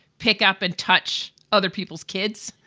pick up and touch other people's kids,